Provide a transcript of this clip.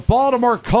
Baltimore